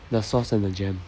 the sauce and the jam